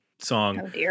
song